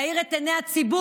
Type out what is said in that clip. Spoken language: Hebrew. להאיר את עיני הציבור,